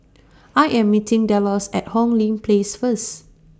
I Am meeting Delos At Hong Lee Place First